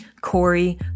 Corey